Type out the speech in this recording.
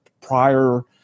prior